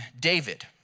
David